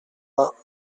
vingts